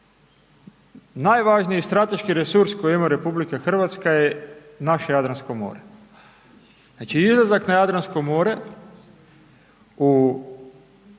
Najvažniji strateški resurs koji ima RH je naše Jadransko more. Znači izlazak na Jadransko more u